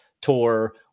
tour